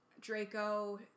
Draco